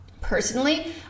Personally